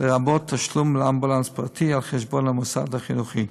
לרבות תשלום על אמבולנס פרטי על חשבון המוסד החינוכי,